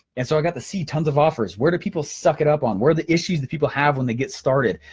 and so i got to see tons of offers, where do people suck it up on, what are the issues that people have when they get started.